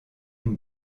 une